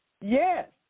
Yes